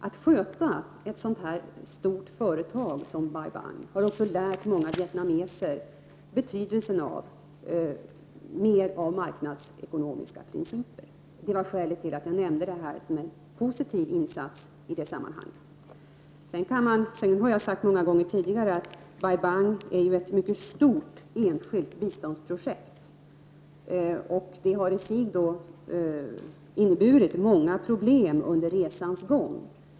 Att sköta ett så stort företag som Bai Bang har också lärt många vietnameser betydelsen av mer av marknadsekonomiska principer. Det var skälet till att jag nämnde projektet som en positiv insats i det här sammanhanget. Jag har många gånger tidigare sagt att Bai Bang är ett mycket stort enskilt biståndsprojekt. Det har i sig inneburit många problem under resans gång.